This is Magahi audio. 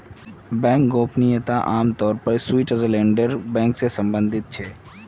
बैंक गोपनीयता आम तौर पर स्विटज़रलैंडेर बैंक से सम्बंधित छे